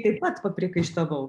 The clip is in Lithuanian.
taip pat papriekaištavau